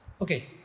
Okay